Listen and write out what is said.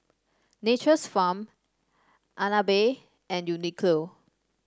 Nature's Farm Agnes Bay and Uniqlo